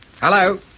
Hello